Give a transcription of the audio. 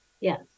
yes